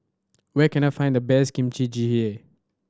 where can I find the best Kimchi Jjigae